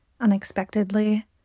unexpectedly